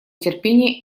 терпение